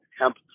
hemp